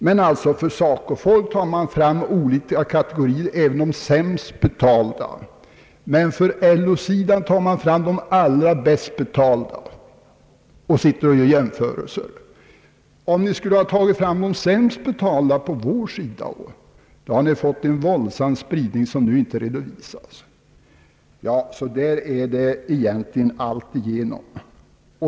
När det gäller SACO-folket tar man fram olika kategorier, även de sämst betalda, men när det gäller LO-folket tar man fram de allra bäst betalda och gör sedan jämförelser. Om ni också på vår sida hade betraktat de sämst betalda, hade ni fått en våldsam spridning, som nu inte redovisas. Så är egentligen broschyren helt igenom.